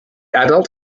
adult